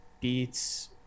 beats